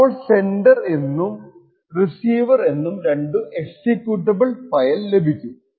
അപ്പോൾ സെൻഡർ എന്നും റിസീവർ എന്നും രണ്ടു എക്സിക്യൂട്ടബിള്സ് ലഭിക്കും